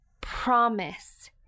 promise